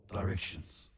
directions